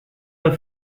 pas